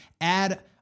add